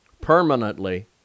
permanently